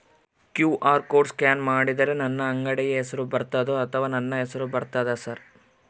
QR code scan ಮಾಡಿದರೆ ನನ್ನ ಅಂಗಡಿ ಹೆಸರು ಬರ್ತದೋ ಅಥವಾ ನನ್ನ ಹೆಸರು ಬರ್ತದ ಸರ್?